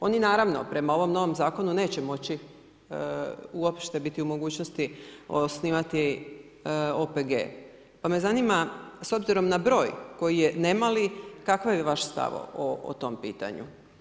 Oni naravno prema ovom zakonu neće moći uopće biti u mogućnosti osnivati OPG, pa me zanima s obzirom na broj koji je nemali, kakav je vaš stav o tom pitanju?